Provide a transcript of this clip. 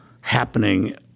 happening